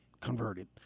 converted